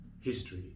history